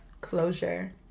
closure